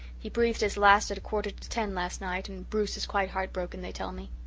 he breathed his last at a quarter to ten last night and bruce is quite heart-broken, they tell me.